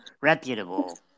reputable